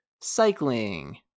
Cycling